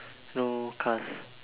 no cars